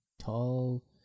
tall